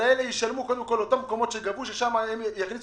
אז באותם מקומות משרד החינוך יכניס